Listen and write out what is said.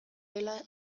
dela